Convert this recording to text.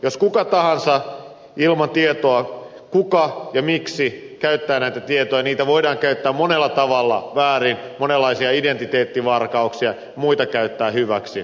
jos kuka tahansa ilman tietoa kuka ja miksi käyttää näitä tietoja niin niitä voidaan käyttää monella tavalla väärin tehdä monenlaisia identiteettivarkauksia muita käyttää hyväksi